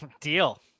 Deal